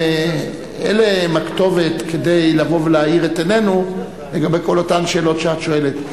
זו הכתובת כדי לבוא ולהאיר את עינינו לגבי כל אותן שאלות שאת שואלת.